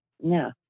no